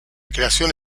creación